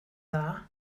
dda